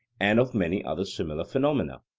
and of many other similar phenomena.